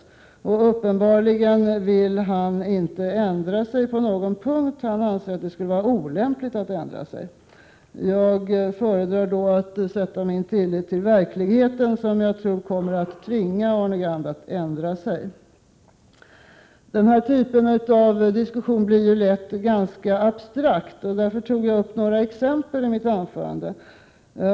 Han vill uppenbarligen inte ändra sig på någon punkt. Han anser att det skulle vara olämpligt. Jag föredrar att sätta min tillit till verkligheten, som jag tror kommer att tvinga Arne Gadd att ändra sig. Prot. 1987/88:114 Den här typen av diskussion blir lätt ganska abstrakt. Jag tog därför upp 4maj 1988 några exempel i mitt anförande.